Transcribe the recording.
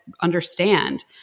understand